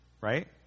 right